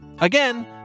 Again